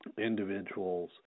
individuals